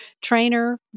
trainer